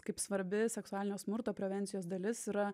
kaip svarbi seksualinio smurto prevencijos dalis yra